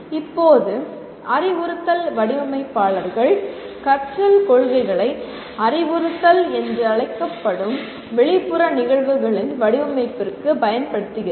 இப்போது அறிவுறுத்தல் வடிவமைப்பாளர்கள் கற்றல் கொள்கைகளை அறிவுறுத்தல் என்று அழைக்கப்படும் வெளிப்புற நிகழ்வுகளின் வடிவமைப்பிற்குப் பயன்படுத்துகிறார்கள்